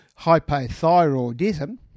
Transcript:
hypothyroidism